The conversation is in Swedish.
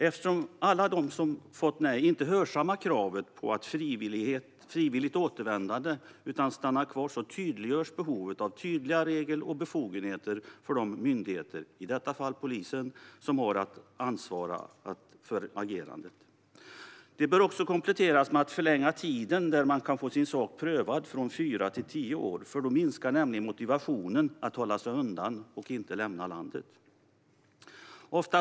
Eftersom inte alla som fått nej hörsammar kravet på att frivilligt återvända - de stannar i stället kvar - tydliggörs behovet av tydliga regler och befogenheter för de myndigheter, i detta fall polisen, som har ansvaret att agera. Det bör också kompletteras med en förlängning av tiden då man kan få sin sak prövad, från fyra till tio år. Då minskar nämligen motivationen att hålla sig undan och att inte lämna landet.